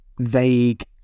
vague